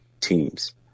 teams